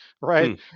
right